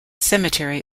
cemetery